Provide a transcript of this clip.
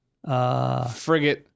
Frigate